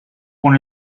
con